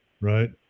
right